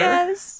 Yes